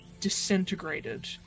Disintegrated